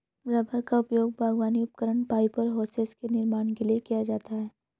rubber का उपयोग बागवानी उपकरण, पाइप और होसेस के निर्माण के लिए किया जाता है